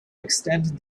extend